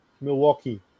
Milwaukee